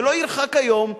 ולא ירחק היום,